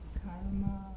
karma